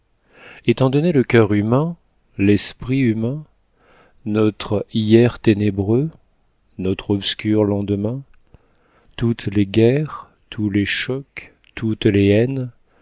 étant donnés le cœur humain l'esprit humain notre hier ténébreux notre obscur lendemain toutes les guerres tous les chocs toutes les haines